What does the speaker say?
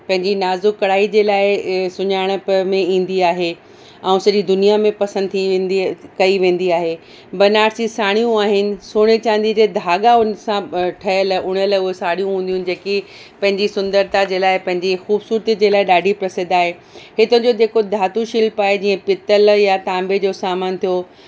पंहिंजी नाज़ुक कढ़ाई जे लाइ सुञाणप में ईंदी आहे ऐं सॼी दुनिया में पसंदि थी वेंदी कई वेंदी आहे बनारसी साड़ियूं आहिनि सोणे चांदीअ जा धाॻा उन सां ठहियल उणियल उहे साड़ियूं हूंदियूं आहिनि जेकी पंहिंजी सुंदरता जे लाइ पंहिंजी खूबसूरतीअ जे लाइ ॾाढी प्रसिध्द आहे हितीं जो जेको धालु शिल्प आहे जीअं पितल यां तांबे जो सामानु थियो